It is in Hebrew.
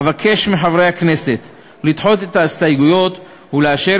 אבקש מחברי הכנסת לדחות את ההסתייגויות ולאשר